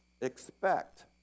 expect